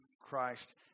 Christ